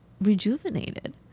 rejuvenated